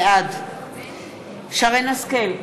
בעד שרן השכל,